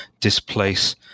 displace